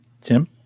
Tim